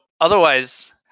otherwise